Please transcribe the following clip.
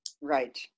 Right